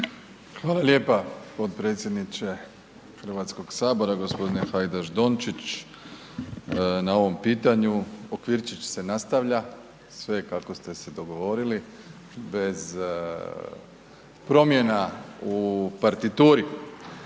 Hvala lijepa potpredsjedniče Hrvatskog sabora, gospodine Hajdaš Dončić na ovom pitanju. Okvirčić se nastavlja, sve je kako ste se dogovorili, bez promjena u partituri.